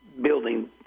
building